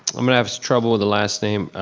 i'm gonna have trouble with the last name,